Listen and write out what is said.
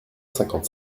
cinquante